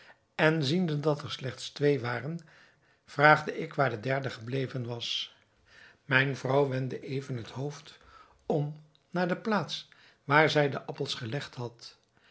en ziende dat er slechts twee waren vraagde ik waar de derde gebleven was mijne vrouw wendde even het hoofd om naar de plaats waar zij de appels gelegd had